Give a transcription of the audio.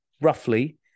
roughly